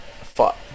fuck